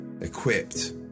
equipped